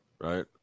Right